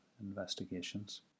investigations